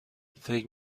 فکر